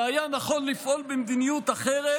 שהיה נכון לפעול במדיניות אחרת,